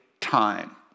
time